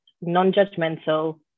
non-judgmental